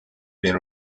been